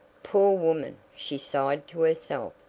poor woman! she sighed to herself.